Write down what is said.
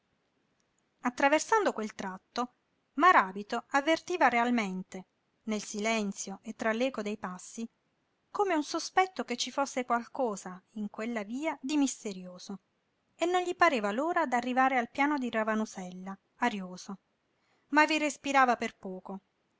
attraversando quel tratto maràbito avvertiva realmente nel silenzio e tra l'eco dei passi come un sospetto che ci fosse qualcosa in quella via di misterioso e non gli pareva l'ora d'arrivare al piano di ravanusella arioso ma vi respirava per poco